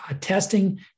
testing